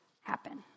happen